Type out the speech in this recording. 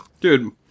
Dude